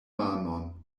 manon